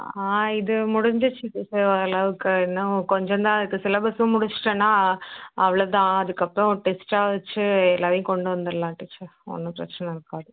on இது முடிசிடுஞ்சு teacher ஓரளவுக்கு இன்னும் கொஞ்சந்தாருக்கு சிலபஸ்ஸும் முடிஞ்சிட்டன்னா அவ்வளோதான் அதுக்கப்புறம் டெஸ்ட்டாக வச்சு எல்லாரையும் கொண்டு வந்துடலாம் டீச்சர் ஒன்றும் பிரச்சனை இருக்காது